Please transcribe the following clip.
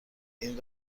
این